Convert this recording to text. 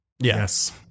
Yes